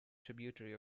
tributary